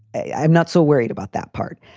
i'm not so worried about that part.